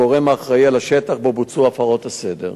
הגורם האחראי לשטח שבו בוצעו הפרות הסדר.